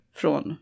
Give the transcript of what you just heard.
från